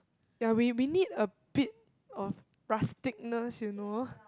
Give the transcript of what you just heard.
ya we we need a bit of rusticness you know